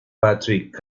patrick